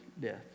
death